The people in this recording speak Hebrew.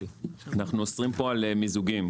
אנחנו אוסרים פה על מיזוגים.